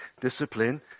Discipline